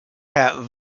herr